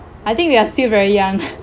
I think we are still very young